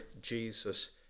Jesus